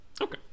okay